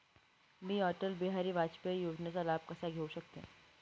मी अटल बिहारी वाजपेयी योजनेचा लाभ कसा घेऊ शकते?